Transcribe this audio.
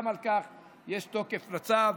גם על כך יש תוקף לצו.